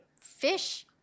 fish